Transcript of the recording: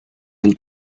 del